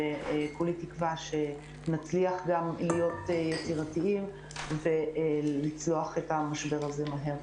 וכולי תקווה שנצליח גם להיות יצירתיים ולצלוח את המשבר הזה מהר.